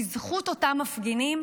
בזכות אותם מפגינים,